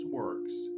works